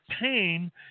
pain